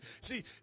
See